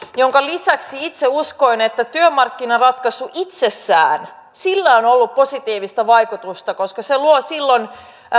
minkä lisäksi itse uskon että työmarkkinaratkaisulla itsessään on ollut positiivista vaikutusta koska se luo silloin